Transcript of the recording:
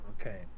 okay